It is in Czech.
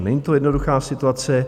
Není to jednoduchá situace.